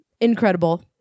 incredible